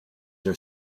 are